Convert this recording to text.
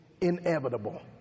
inevitable